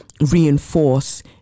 reinforce